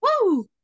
woo